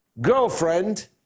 girlfriend